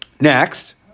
Next